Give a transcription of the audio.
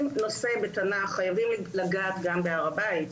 נושא בתנ"ך חייבים לגעת גם בהר הבית.